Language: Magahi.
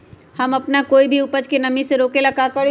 हम अपना कोई भी उपज के नमी से रोके के ले का करी?